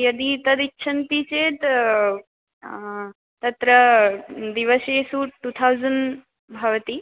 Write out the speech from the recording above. यदि तदिच्छन्ति चेत् तत्र दिवसेसु टुथौसन्ड् भवति